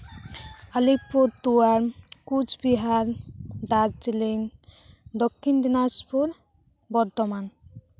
Alipur Duar Coochbehar Darjeeling Dakshin Dinajpur Bardhaman